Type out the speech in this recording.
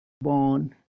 Born